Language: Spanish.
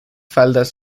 faldas